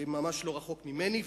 ממש לא רחוק ממני,